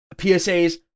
psa's